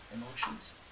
emotions